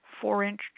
four-inch